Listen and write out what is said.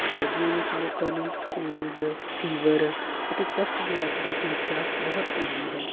ਸਰਦੀਆਂ ਵਿੱਚ ਲੋਕਾਂ ਨੂੰ ਕੋਲਡ ਫੀਵਰ ਅਤੇ ਚਸਟ ਬਲੋਕ ਦੀ ਸਮੱਸਿਆ ਬਹੁਤ ਆਉਂਦੀ ਹੈ